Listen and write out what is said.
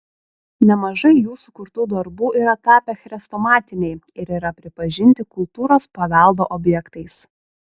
nemažai jų sukurtų darbų yra tapę chrestomatiniai ir yra pripažinti kultūros paveldo objektais